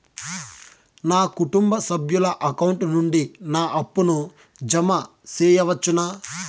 నా కుటుంబ సభ్యుల అకౌంట్ నుండి నా అప్పును జామ సెయవచ్చునా?